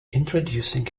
introducing